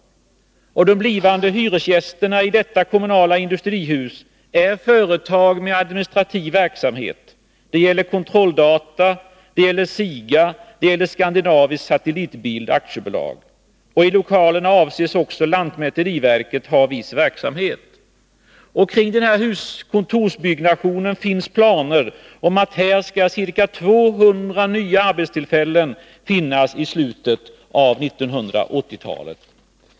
De blivande hyresgästerna i detta kommunala industrihus är företag med administrativ verksamhet. Det gäller Kontrolldata, SIGA och Skandinavisk Satellitbild AB. I lokalerna avses också lantmäteriverket ha viss verksamhet. Kring denna kontorsbyggnation skall, enligt planer som föreligger, ca 200 nya arbetstillfällen finnas i slutet av 1980-talet.